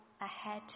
ahead